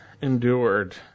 endured